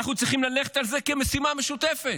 אנחנו צריכים ללכת על זה כמשימה משותפת.